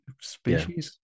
Species